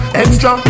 extra